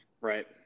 right